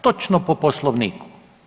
Točno po Poslovniku.